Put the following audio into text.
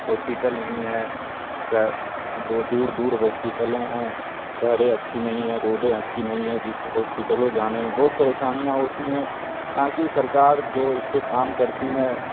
hospital نہیں ہے بہت دور دور ہاسپٹلیں ہیں سڑکیں اچھی نہیں ہیں روڈیں اچھی نہیں ہیں جس سے ہاسپٹلوں جانے میں بہت پریشانیاں ہوتی ہیں یہاں کی سرکار جو اس پہ کام کرتی ہیں